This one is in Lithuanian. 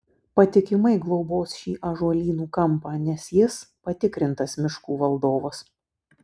patikimai globos šį ąžuolynų kampą nes jis patikrintas miškų valdovas